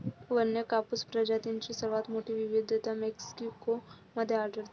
वन्य कापूस प्रजातींची सर्वात मोठी विविधता मेक्सिको मध्ये आढळते